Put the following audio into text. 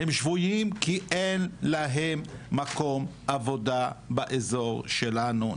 כי אין להם מקום עבודה באזור שלנו.